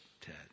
Ted